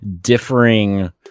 differing